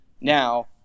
now